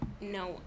no